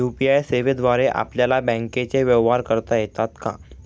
UPI सेवेद्वारे आपल्याला बँकचे व्यवहार करता येतात का?